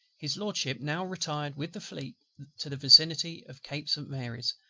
his lordship now retired with the fleet to the vicinity of cape st. mary's,